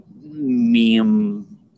meme